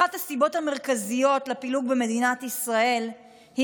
אחת הסיבות המרכזיות לפילוג במדינת ישראל היא